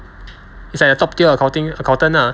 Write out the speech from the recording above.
it's like a top tier accounting accountant lah